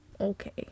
Okay